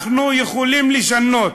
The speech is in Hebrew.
אנחנו יכולים לשנות.